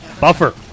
buffer